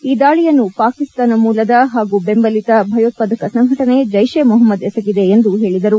ಈ ದಾಳಿಯನ್ನು ಪಾಕಿಸ್ತಾನ ಮೂಲದ ಹಾಗೂ ದೆಂಬಲಿತ ಭಯೋತ್ವಾದಕ ಸಂಘಟನೆ ಜೈಷ್ ಎ ಮೊಹಮ್ದದ್ ಎಸಗಿದೆ ಎಂದು ಹೇಳಿದರು